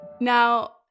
Now